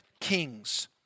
Kings